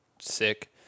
sick